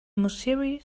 musiri